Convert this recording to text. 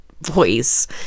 voice